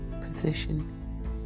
position